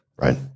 right